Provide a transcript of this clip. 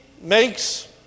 makes